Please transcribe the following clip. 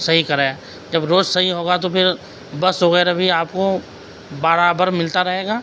صحیح کرایا جب روڈ صحیح ہوگا تو پھر بس وغیرہ بھی آپ کو برابر ملتا رہے گا